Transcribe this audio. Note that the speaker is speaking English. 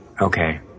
Okay